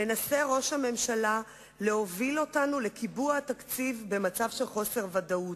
מנסה ראש הממשלה להוביל אותנו לקיבוע התקציב במצב של חוסר ודאות,